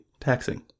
taxing